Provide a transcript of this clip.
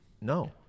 No